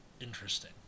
interesting